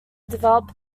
develop